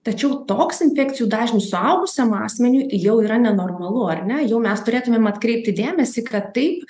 tačiau toks infekcijų dažnis suaugusiam asmeniui jau yra nenormalu ar ne jau mes turėtumėm atkreipti dėmesį kad taip